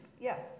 Yes